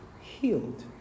healed